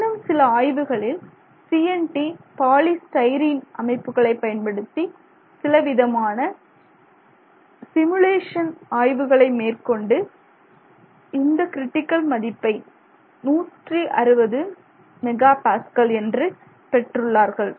இன்னும் சில ஆய்வுகளில் CNT பாலி ஸ்டைரீன் அமைப்புகளைப் பயன்படுத்தி சிலவிதமான சிமுலேஷன் ஆய்வுகளை மேற்கொண்டு இந்த கிரிட்டிக்கல் மதிப்பை 160 MPa என்று பெற்றுள்ளார்கள்